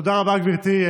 תודה רבה, גברתי.